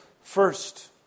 first